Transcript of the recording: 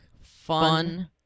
fun